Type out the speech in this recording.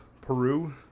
Peru